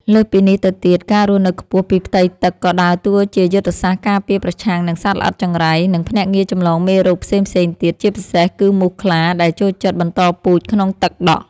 លើសពីនេះទៅទៀត ការរស់នៅខ្ពស់ពីផ្ទៃទឹកក៏ដើរតួជាយុទ្ធសាស្ត្រការពារប្រឆាំងនឹងសត្វល្អិតចង្រៃ និងភ្នាក់ងារចម្លងរោគផ្សេងៗទៀត ជាពិសេសគឺមូសខ្លាដែលចូលចិត្តបន្តពូជក្នុងទឹកដក់។